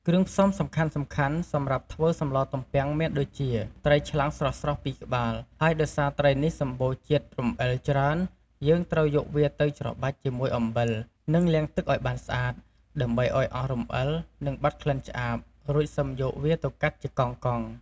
គ្រឿងផ្សំសំខាន់ៗសម្រាប់ធ្វើសម្លទំពាំងមានដូចជា ត្រីឆ្លាំងស្រស់ៗ ២ក្បាល ហើយដោយសារត្រីនេះសម្បូរជាតិរំអិលច្រើន យើងត្រូវយកវាទៅច្របាច់ជាមួយអំបិល និងលាងទឹកឱ្យបានស្អាត ដើម្បីឱ្យអស់រំអិល និងបាត់ក្លិនឆ្អាប រួចសិមយកវាទៅកាត់ជាកង់ៗ